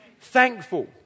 thankful